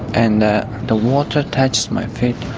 and the the water touched my feet.